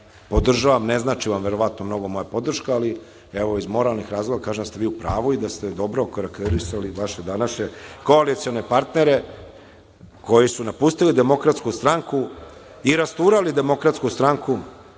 podržavam. Ne znači vam, verovatno, mnogo moja podrška, ali evo iz moralnih razloga kažem da ste vi u pravu i da ste dobro okarakterisali vaše današnje koalicione partnere koji su napustili DS i rasturali DS i smenjivali,